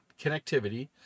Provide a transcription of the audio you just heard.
connectivity